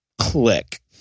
click